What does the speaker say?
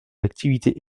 l’activité